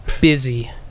Busy